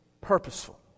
purposeful